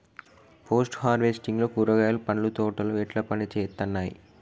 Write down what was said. Post harvesting లో కూరగాయలు పండ్ల తోటలు ఎట్లా పనిచేత్తనయ్?